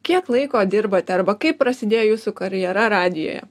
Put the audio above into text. kiek laiko dirbate arba kaip prasidėjo jūsų karjera radijuje